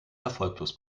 erfolglos